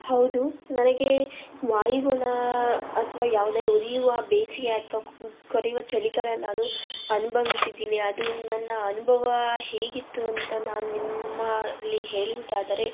ಹೌದು ನನಗೆ ವಾಯುಗುಣ ಅಥ್ವಾ ಯಾವುದೇ ಉರಿಯುವ ಬೇಸಿಗೆ ಅಥ್ವಾ ಕೊರೆಯುವ ಚಳಿಗಾಲ ನಾನು ಅನುಭವಿಸಿದೀನಿ ಅದು ನನ್ನ ಅನುಭವ ಹೇಗಿತ್ತು ಅಂತ ನಾನು ನಿಮ್ಮಲ್ಲಿ ಹೇಳುವುದಾದರೆ